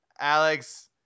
Alex